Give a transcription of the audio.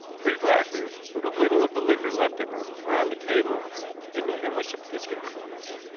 three glasses, with a little of the liquor left in them, were on the table, and near them were some biscuit crumbs.